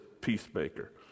peacemaker